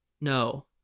no